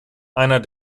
einer